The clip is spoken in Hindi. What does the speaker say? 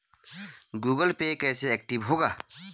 गूगल पे कैसे एक्टिव होगा?